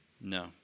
No